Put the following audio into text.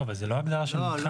לא, אבל זה לא הגדרה של מתחם.